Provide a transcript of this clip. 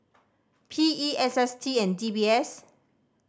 P E S S T and D B S